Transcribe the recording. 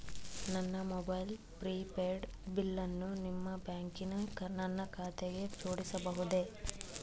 ನನ್ನ mobile prepaid ಬಿಲ್ಲನ್ನು ನಿಮ್ಮ ಬ್ಯಾಂಕಿನ ನನ್ನ ಖಾತೆಗೆ ಜೋಡಿಸಬಹುದೇ?